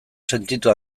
sentitu